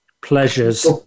pleasures